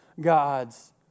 God's